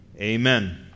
Amen